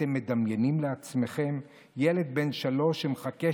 אתם מדמיינים לעצמכם ילד בן שלוש שמחכה